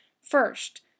First